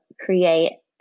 create